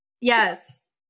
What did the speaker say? Yes